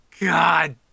God